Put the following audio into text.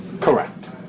Correct